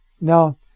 Now